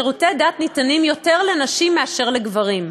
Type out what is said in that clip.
שירותי דת ניתנים יותר לנשים מאשר לגברים,